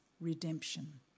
redemption